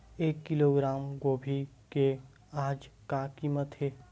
एक किलोग्राम गोभी के आज का कीमत हे?